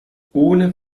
ohne